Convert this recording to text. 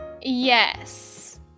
yes